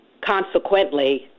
consequently